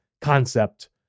concept